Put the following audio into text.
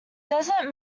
desert